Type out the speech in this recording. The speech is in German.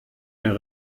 mehr